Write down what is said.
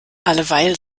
alleweil